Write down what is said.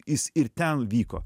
jis ir ten vyko